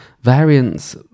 variants